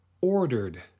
ordered